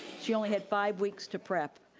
she only had five weeks to prep.